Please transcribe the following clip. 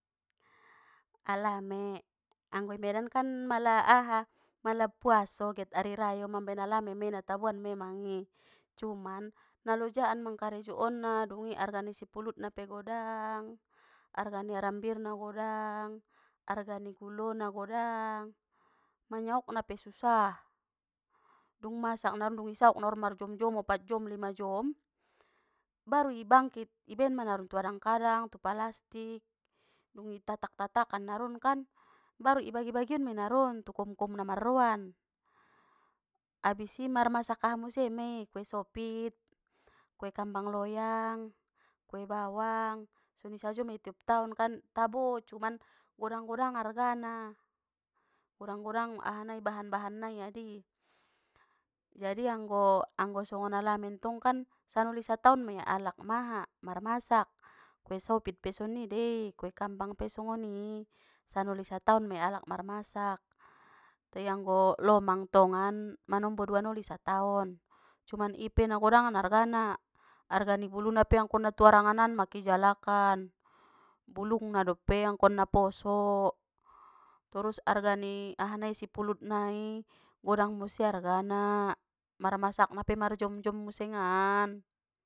Alame anggo i medan kan mala aha mala puaso get ari rayo mambaen alame mei nataboan mei mang i cuman, nalojaan mangkarejo on na dungi arga ni sipilutna pe godang, arga ni arambirna godang, arga ni gulona godang, manyaokna na pe susah. Dung masak naron dung i saok naron marjom jom opat jom lima jom, baru i bangkit i baenma noron tu adang kadang palastik dung i tatak tatakan naron kan, baru ibagi bagion mei naron tu koum koum na marroan, abis i mar masak aha muse mei kue sopit, kue kambang loyang, kue bawang, soni sajo mei tiop taon kan, tabo cuman godang godang argana, godang godang ahanai bahan bahan nai adi. Jadi anggo anggo songon alame tong kan, sanoli sataon mia alak maha marmasak, kue sopit pe songoni dei, kue kambang pe songoni, sanoli sataon mia alak mar masak, te anggo lomang tongan, manombo dua noli sataon, cuman ipe nagodangan argana, arga ni buluna pe angkon na tu aranganan ma ke i jalakan, bulungna dope angkon na poso, torus arga ni aha nai sipulut nai, godang muse argana, mar masakna pe marjom jom musengan.